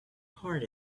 heart